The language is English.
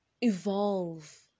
evolve